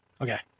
Okay